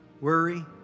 Worry